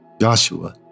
Joshua